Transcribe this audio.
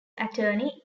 attorney